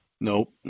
Nope